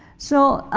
so